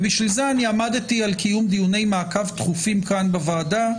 לשם כך עמדתי על קיום דיוני מעקב תכופים כאן בוועדה,